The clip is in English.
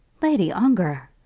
lady ongar!